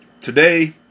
Today